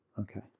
Okay